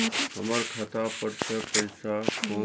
हमर खाता पर से पैसा कौन मिर्ची मे पैसा कैट गेलौ देख के बताबू?